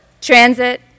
Transit